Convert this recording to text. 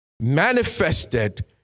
Manifested